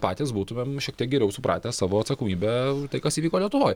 patys būtumėm šiek tiek geriau supratę savo atsakomybę tai kas įvyko lietuvoj